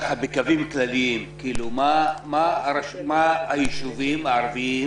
ככה, בקווים כלליים מה היישובים הערביים